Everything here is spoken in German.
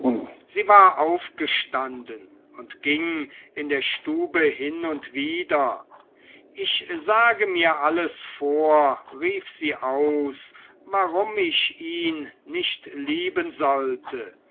sie war aufgestanden und ging in der stube hin und wider ich sage mir alles vor rief sie aus warum ich ihn nicht lieben sollte